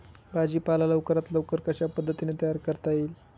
भाजी पाला लवकरात लवकर कशा पद्धतीने तयार करता येईल?